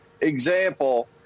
example